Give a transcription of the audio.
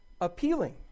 appealing